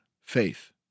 faith